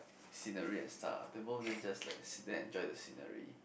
scenery and stuff then both of them just like sit there enjoy the scenery